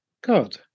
God